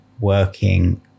working